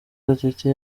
gatete